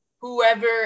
whoever